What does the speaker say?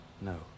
no